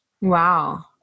Wow